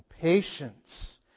patience